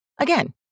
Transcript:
Again